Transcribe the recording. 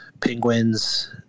Penguins